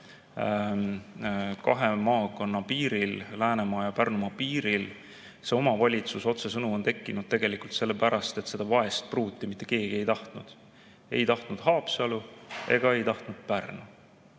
kahe maakonna piiril, Läänemaa ja Pärnumaa piiril. See omavalitsus otsesõnu on tekkinud tegelikult sellepärast, et seda vaest pruuti mitte keegi ei tahtnud, ei tahtnud Haapsalu ega tahtnud Pärnu.